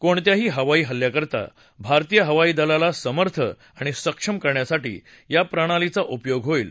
कोणत्याही हवाई इल्ल्याकरता भारतीय हवाई दलाला समर्थ आणि सक्षम करण्यासाठी या प्रणालीचा उपयोग होईल